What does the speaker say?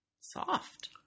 soft